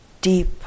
deep